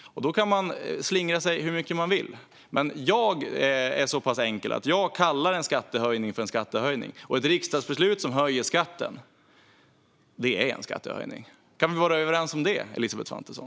Då kan man slingra sig hur mycket man vill, men jag är så pass enkel att jag kallar en skattehöjning för en skattehöjning. Ett riksdagsbeslut som höjer skatten är en skattehöjning. Kan vi vara överens om det, Elisabeth Svantesson?